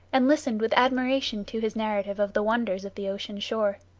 and listened with admiration to his narrative of the wonders of the ocean shore.